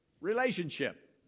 relationship